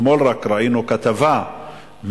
רק אתמול ראינו כתבה מאוד,